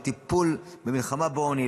לטיפול ומלחמה בעוני,